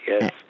yes